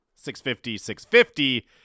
650-650